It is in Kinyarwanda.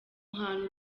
hantu